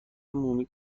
مومی